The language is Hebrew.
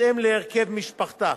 בהתאם להרכב משפחתה.